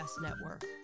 network